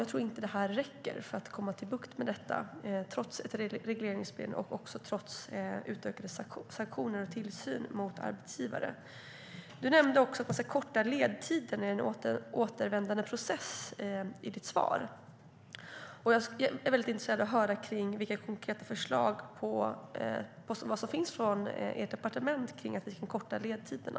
Jag tror inte att det här räcker för att få bukt med detta, trots regleringsbrev, utökade sanktioner och tillsyn mot arbetsgivare. I ditt svar nämnde du även att man ska korta ledtiderna i en återvändandeprocess. Jag är intresserad av att höra vilka konkreta förslag som finns på departementet för att korta ledtiderna.